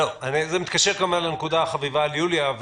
זה מתקשר כמובן לנקודה החביבה על יוליה מלינובסקי,